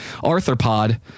arthropod